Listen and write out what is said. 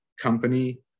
company